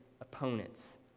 opponents